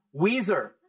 Weezer